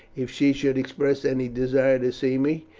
if she should express any desire to see me,